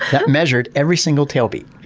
that measured every single tail beat.